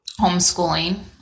homeschooling